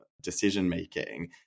decision-making